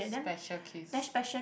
special case